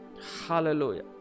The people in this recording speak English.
Hallelujah